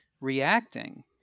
reacting